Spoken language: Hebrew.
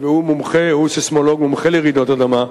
והוא סיסמולוג מומחה לרעידות אדמה,